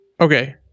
okay